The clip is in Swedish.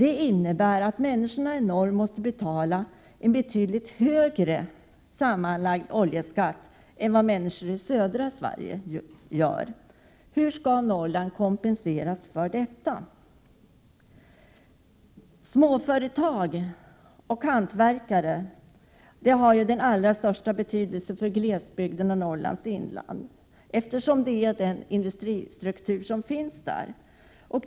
Det innebär att människorna i norr måste betala en betydligt högre sammanlagd oljeskatt än människor i södra Sverige. Hur skall Norrland kompenseras för detta? Småföretagare och hantverkare har den allra största betydelse för glesbygden och Norrlands inland, eftersom detta är den industristruktur som finns där.